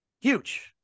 huge